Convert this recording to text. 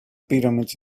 pyramids